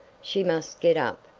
she must get up,